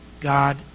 God